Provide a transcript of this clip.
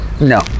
No